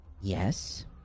Yes